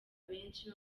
benshi